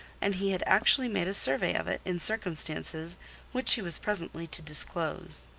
and he had actually made a survey of it in circumstances which he was presently to disclose.